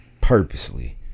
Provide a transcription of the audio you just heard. purposely